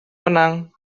menang